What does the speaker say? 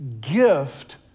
gift